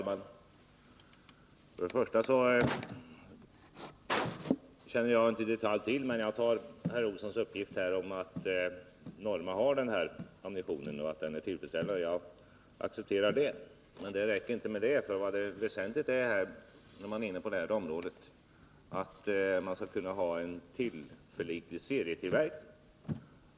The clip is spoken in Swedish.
Herr talman! Jag känner inte till alla detaljer, men jag accepterar herr Olssons uppgift att Norma har den här ammunitionen och att den är tillfredsställande. Men det räcker inte med det. När man är inne på det här området är det väsentligt att man kan ha en tillförlitlig serietillverkning.